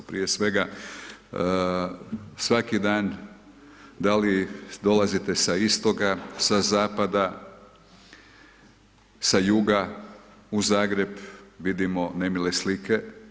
Prije svega svaki dan da li dolazite sa istoka, sa zapada, sa juga u Zagreb vidimo nemile slike.